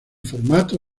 formato